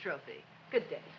trophy good